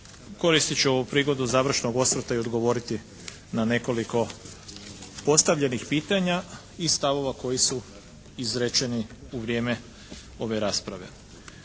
koristit ću ovu prigodu završnog osvrta i odgovoriti na nekoliko postavljenih pitanja i stavova koji su izrečeni u vrijeme ove rasprave.